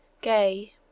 Gay